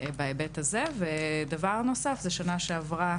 בהיבט הזה, ודבר נוסף זה ששנה שעברה